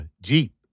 Jeep